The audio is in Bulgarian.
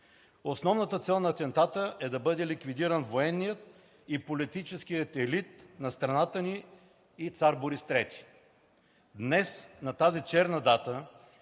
Основната цел на атентата е да бъде ликвидиран военният и политическият елит на страната ни и цар Борис III. Днес на тази черна дата